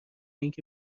اینکه